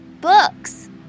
books